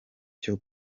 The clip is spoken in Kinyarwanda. cyo